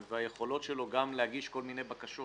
והיכולות שלו גם להגיש כל מיני בקשות